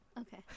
Okay